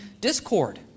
discord